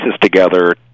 together